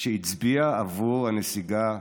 שהצביע עבור הנסיגה מעזה,